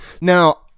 Now